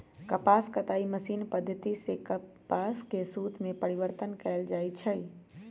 कपास कताई मशीनी पद्धति सेए कपास के सुत में परिवर्तन कएल जाइ छइ